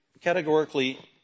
categorically